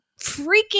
freaking